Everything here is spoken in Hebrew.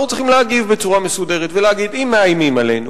אנחנו צריכים להגיב בצורה מסודרת ולהגיד שאם מאיימים עלינו,